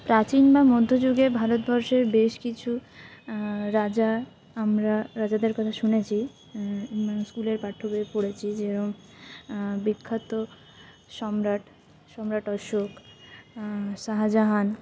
প্রাচীন বা মধ্যযুগে ভারতবর্ষের বেশ কিছু রাজা আমরা রাজাদের কথা শুনেছি মানে স্কুলের পাঠ্য বইয়ে পড়েছি যে এরম বিখ্যাত সম্রাট সম্রাট অশোক শাহাজাহান